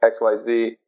XYZ